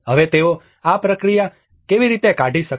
હવે તેઓ આ પ્રક્રિયા કેવી રીતે કાઢી શકશે